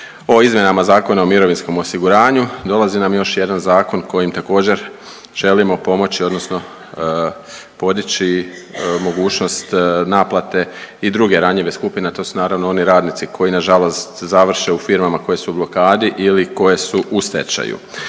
o izmjenama Zakona o mirovinskom osiguranju dolazi nam još jedan zakon kojim također želimo pomoći odnosno podići mogućnost naplate i druge ranjive skupine, a to su naravno oni radnici koji nažalost završe u firmama koje su u blokadi ili koje su u stečaju.